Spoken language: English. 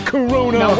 Corona